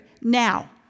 Now